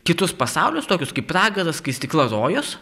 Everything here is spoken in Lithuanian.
kitus pasaulius tokius kaip pragaras skaistykla rojus